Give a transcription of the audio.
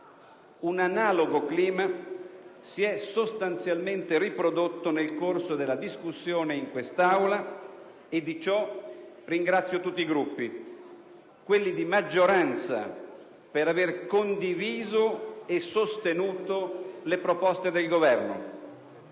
Un analogo clima si è sostanzialmente riprodotto nel corso della discussione in quest'Aula e di ciò ringrazio tutti i Gruppi, quelli di maggioranza per aver condiviso e sostenuto le proposte del Governo,